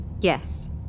Yes